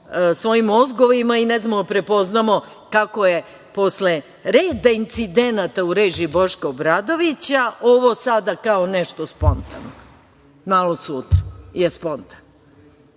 svojim mozgovima i ne znamo da prepoznamo kako je posle reda incidenata u režiji Boška Obradovića, ovo sada kao nešto spontano. Malo sutra je spontano. Onda